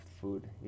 food